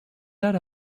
that